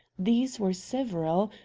these were several,